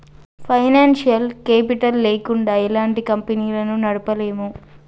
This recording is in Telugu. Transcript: ఫైనాన్సియల్ కేపిటల్ లేకుండా ఎలాంటి కంపెనీలను నడపలేము